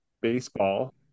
baseball